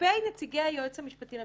כלפי נציגי היועץ המשפטי לממשלה,